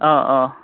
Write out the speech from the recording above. অঁ অঁ